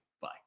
Bye